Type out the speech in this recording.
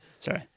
Sorry